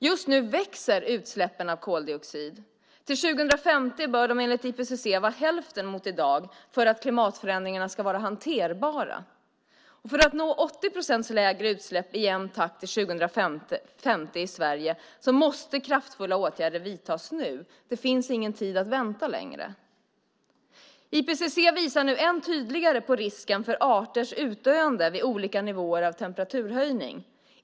Just nu växer utsläppen av koldioxid. Till 2050 bör de enligt IPCC vara hälften mot i dag för att klimatförändringarna ska vara hanterbara. För att nå 80 procent lägre utsläpp i jämn takt till 2050 i Sverige måste kraftfulla åtgärder vidtas nu. Det finns ingen tid att vänta längre. IPCC visar nu än tydligare på risken för arters utdöende vid olika nivåer av temperaturhöjning.